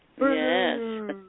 Yes